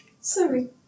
Sorry